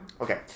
Okay